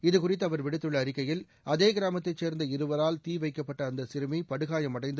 இதுகுறித்து அவா் விடுத்துள்ள அறிக்கையில் அதேகிராமத்தை சேர்ந்த இருவரால் தீ வைக்கப்பட்ட அந்த சிறுமி படுகாயமடைந்து